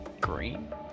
green